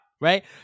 right